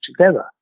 together